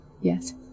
Yes